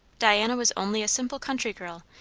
diana was only a simple country girl,